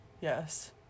yes